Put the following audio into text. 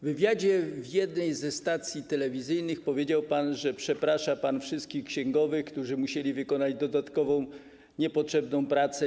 W wywiadzie w jednej ze stacji telewizyjnych powiedział pan, że przeprasza pan wszystkich księgowych, którzy musieli wykonać dodatkową, niepotrzebną pracę.